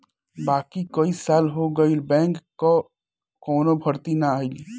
बाकी कई साल हो गईल बैंक कअ कवनो भर्ती ना आईल